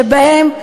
שבהם,